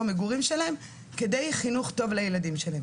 המגורים שלהם לכדי חינוך טוב לילדים שלהם.